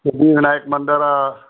सिद्धिविनायक मंदरु आहे